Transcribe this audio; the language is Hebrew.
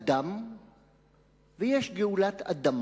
יש גאולת אדם